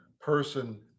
person